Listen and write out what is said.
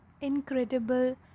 incredible